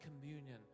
communion